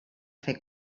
fer